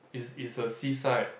is is a sea side